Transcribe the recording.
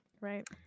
Right